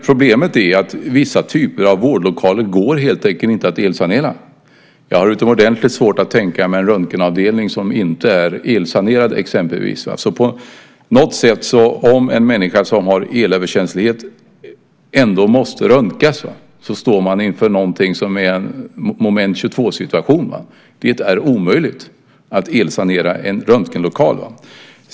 Problemet är att vissa typer av vårdlokaler helt enkelt inte går att elsanera. Jag har utomordentligt svårt att tänka mig en elsanerad röntgenavdelning exempelvis. Om en person som är elöverkänslig ändå måste röntgas står man därför inför en moment 22-situation. Det är omöjligt att elsanera en röntgenlokal.